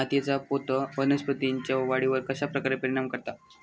मातीएचा पोत वनस्पतींएच्या वाढीवर कश्या प्रकारे परिणाम करता?